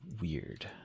weird